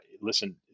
listen